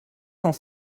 cent